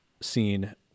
seen